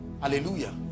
hallelujah